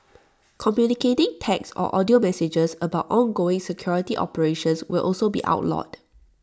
communicating text or audio messages about ongoing security operations will also be outlawed